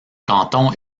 canton